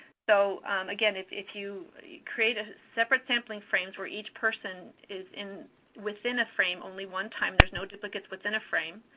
so again, if if you create ah separate sampling frames where each person is within a frame only one time, there's no duplicates within a frame,